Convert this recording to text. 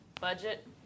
budget